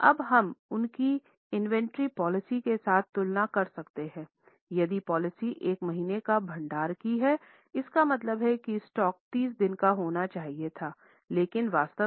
अब हम उनकी इन्वेंट्री पॉलिसी के साथ तुलना कर सकते हैं यदि पॉलिसी एक महीने का भंडार की है इसका मतलब है कि स्टॉक 30 दिनों का होना चाहिए था लेकिन वास्तव में वह 365 दिन का हो रहा हैं